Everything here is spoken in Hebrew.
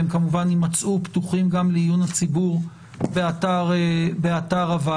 והם כמובן יימצאו פתוחים גם לעיון הציבור באתר הוועדה,